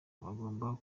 bagomba